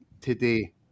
today